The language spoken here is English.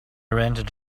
rented